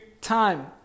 time